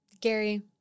Gary